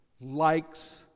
likes